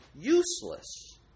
useless